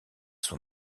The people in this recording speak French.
son